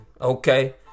okay